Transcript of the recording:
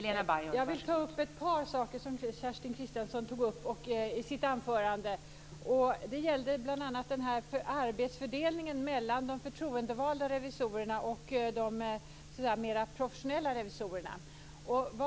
Fru talman! Jag vill ta upp ett par saker som Kerstin Kristiansson tog upp i sitt anförande. Det gäller bl.a. arbetsfördelningen mellan de förtroendevalda revisorerna och de mera professionella revisorerna.